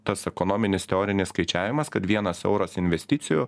tas ekonominis teorinis skaičiavimas kad vienas euras investicijų